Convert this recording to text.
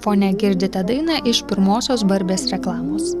fone girdite dainą iš pirmosios barbės reklamos